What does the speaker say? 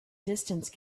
distance